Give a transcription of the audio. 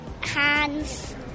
hands